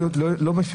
90